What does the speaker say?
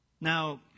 Now